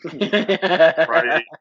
Right